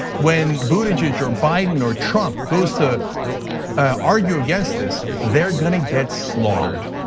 when buttigieg or biden or trump goes to argue against this, their gonna get slaughtered.